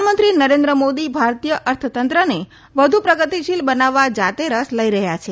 પ્રધાનમંત્રી નરેન્દ્ર મોદી ભારતીય અર્થતંત્રને વધુ પ્રગતિશીલ બનાવવા જાતે રસ લઈ રહ્યા છે